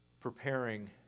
preparing